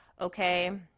Okay